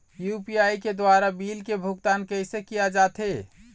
UPI के द्वारा bill के भुगतान कैसे किया जाथे?